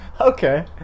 Okay